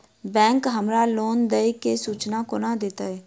Bank हमरा loan देय केँ सूचना कोना देतय?